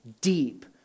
deep